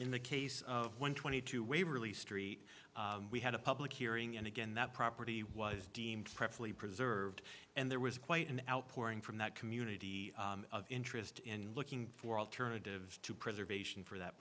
in the case of one twenty two waverly street we had a public hearing and again that property was deemed preferably preserved and there was quite an outpouring from that community of interest in looking for alternatives to preservation for that